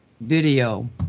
video